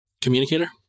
Communicator